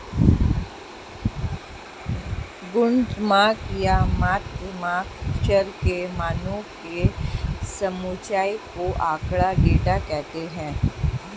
गुणात्मक या मात्रात्मक चर के मानों के समुच्चय को आँकड़ा, डेटा कहते हैं